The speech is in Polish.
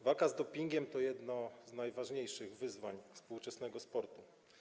Walka z dopingiem jest jednym z najważniejszych wyzwań współczesnego sportu.